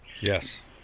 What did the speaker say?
yes